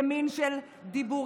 ימין של דיבורים.